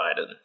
Biden